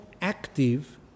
active